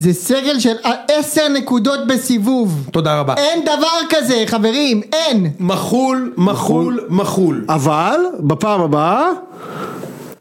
זה סגל של עשר נקודות בסיבוב! תודה רבה. אין דבר כזה, חברים, אין! מחול, מחול, מחול. אבל, בפעם הבאה...